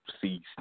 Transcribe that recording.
see